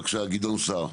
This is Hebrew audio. בבקשה, גדעון סער.